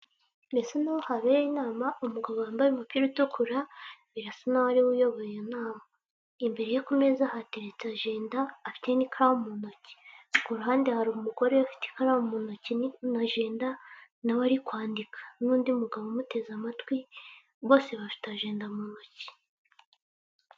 Birasa nkawo habere inama, umugabo wambaye umupira utukura birasa nkaho ariwe uyoboye iyo nama, imbere ye ku meza hateretse ajenda, afite n'ikaramu mu ntoki, ku ruhande hari umugore ufite ikaramu mu ntoki n'ajenda, nawe ari kwandika n'undi mugabo umuteze amatwi bose bafite ajenda mu ntoki.